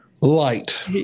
light